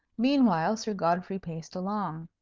meanwhile, sir godfrey paced along.